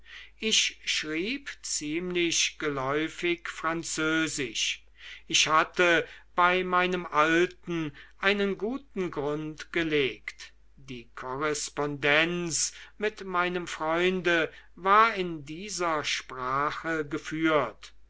ich schrieb ziemlich geläufig französisch ich hatte bei meinem alten einen guten grund gelegt die korrespondenz mit meinem freunde war in dieser sprache geführt